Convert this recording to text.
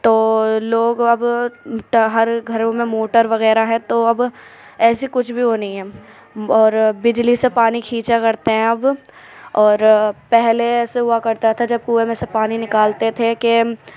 تو لوگ اب ہر گھروں میں موٹر وغیرہ ہے تو اب ایسی کچھ بھی وہ نہیں ہے اور بجلی سے پانی کھینچا کرتے ہیں اب اور پہلے ایسے ہوا کرتا تھا جب کنویں میں سے پانی نکالتے تھے کہ